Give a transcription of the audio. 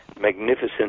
magnificent